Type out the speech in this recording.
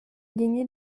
gagné